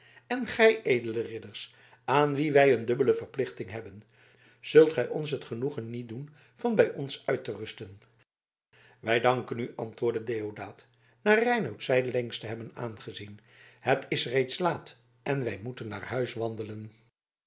en gij edele ridders aan wie wij een dubbele verplichting hebben zult gij ons het genoegen niet doen van bij ons uit te rusten wij danken u antwoordde deodaat na reinout zijdelings te hebben aangezien het is reeds laat en wij moeten naar huis wandelen